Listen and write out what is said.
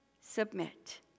submit